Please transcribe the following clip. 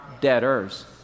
debtors